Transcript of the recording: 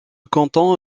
canton